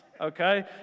okay